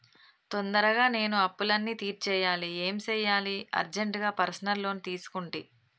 తొందరగా నేను అప్పులన్నీ తీర్చేయాలి ఏం సెయ్యాలి అర్జెంటుగా పర్సనల్ లోన్ తీసుకుంటి